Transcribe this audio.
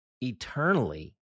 eternally